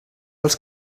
els